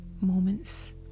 moments